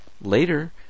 Later